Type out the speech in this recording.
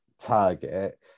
target